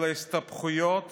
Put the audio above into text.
אלא הסתבכויות